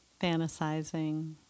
fantasizing